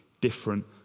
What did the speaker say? different